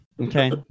Okay